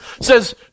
says